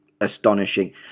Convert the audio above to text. astonishing